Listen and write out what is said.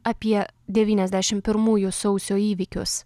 apie devyniasdešim pirmųjų sausio įvykius